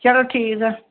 चलो ठीक ऐ